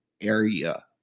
area